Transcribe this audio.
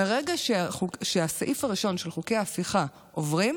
מרגע שהסעיף הראשון של חוקי ההפיכה עובר,